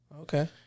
Okay